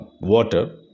water